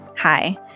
Hi